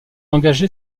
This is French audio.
engagé